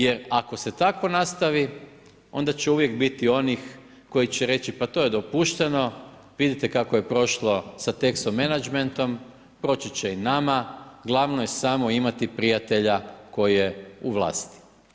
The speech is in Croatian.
Jer ako se tako nastavi, onda će uvijek biti onih koji će reći pa to je dopušteno, vidite kako je prošlo sa … menadžmentom, proći će i nama, glavno je samo imati prijatelja koji je u vlasti.